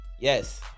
Yes